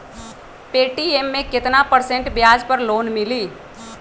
Paytm मे केतना percent ब्याज पर लोन मिली?